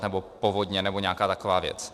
Třeba povodně nebo nějaká taková věc.